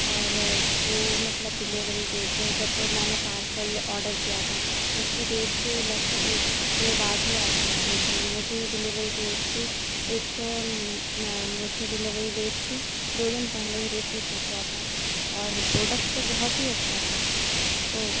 और जो मतलब डिलेवरी डेट जब मैंने पार्सल आर्डर किया था उसकी डेट के लगभग एक हफ़्ते बाद ही आता है लेकिन मुझे डिलेवरी डेट के एक मुझे डिलेवरी डेट की दो दिन पहले ही रिसीव हो गया था और प्रोडक्ट तो बहुत ही अच्छा था तो